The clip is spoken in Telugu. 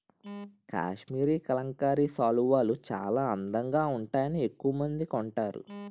కాశ్మరీ కలంకారీ శాలువాలు చాలా అందంగా వుంటాయని ఎక్కవమంది కొంటారు